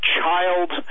child